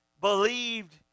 believed